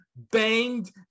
Banged